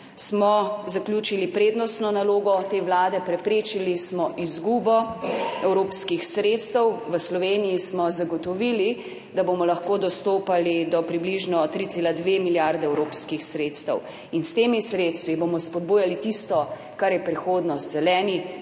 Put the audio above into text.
smo zaključili prednostno nalogo te vlade, preprečili smo izgubo evropskih sredstev. V Sloveniji smo zagotovili, da bomo lahko dostopali do približno 3,2 milijarde evropskih sredstev. In s temi sredstvi bomo spodbujali tisto, kar je prihodnost: zeleni